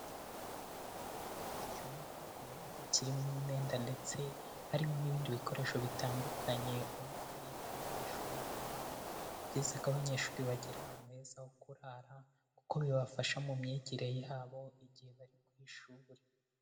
Icyumba ubona ko kirimo imyenda ndetse harimo n'ibindi bikoresho bitandukanye, ubona ko ari icyo umunyeshuri araramo. Ni byiza ko abanyeshuri bagira ahantu heza ho kurara kuko bibafasha mu myigire yabo igihe bari ku ishuri.